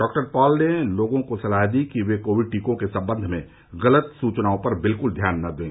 doctor Paul ने लोगों को सलाह दी है कि वे कोविड टीकों के सम्बंध में गलत सूचनाओं पर बिल्कुल ध्यान न दें